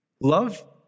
Love